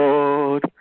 Lord